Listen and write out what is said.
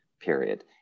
period